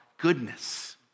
goodness